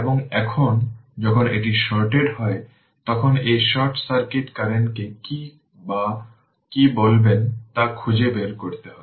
এবং এখন যখন এটি শর্টেড হয় তখন এই শর্ট সার্কিট কারেন্টকে কী বা কী বলবেন তা খুঁজে বের করতে হবে